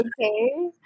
Okay